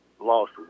lost